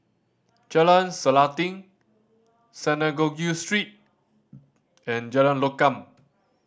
Jalan Selanting Synagogue Street and Jalan Lokam